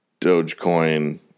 Dogecoin